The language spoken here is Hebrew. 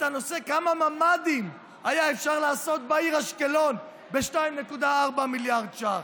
כמה ממ"דים היה אפשר לעשות בעיר אשקלון ב-2.4 מיליארד שקלים?